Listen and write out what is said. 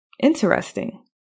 interesting